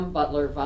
Butler